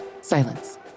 silence